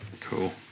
cool